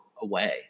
away